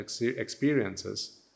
experiences